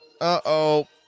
Uh-oh